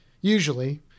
Usually